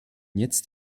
jetzt